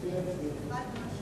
בבקשה.